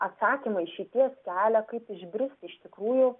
atsakymącišeities kelią kaip išbristi iš tikrųjų